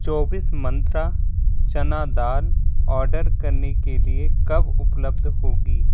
चौबीस मंत्रा चना दाल ऑर्डर करने के लिए कब उपलब्ध होगी